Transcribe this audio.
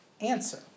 answer